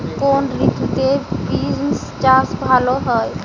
কোন ঋতুতে বিন্স চাষ ভালো হয়?